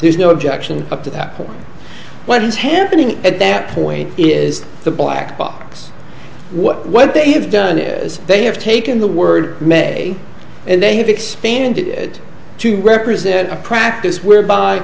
there's no objection up to that point what is happening at that point is the black box what they have done is they have taken the word may and they have expanded it to represent a practice whereby